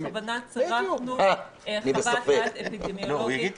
בכוונה צרפנו חוות דעת אפידמיולוגיות